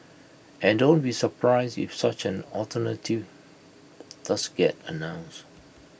and don't be surprised if such an alternative does get announced